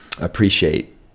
appreciate